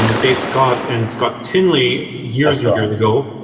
um dave scott and scott tinley years and years ago.